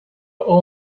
all